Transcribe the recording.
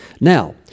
Now